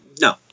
no